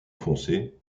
foncé